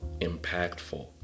impactful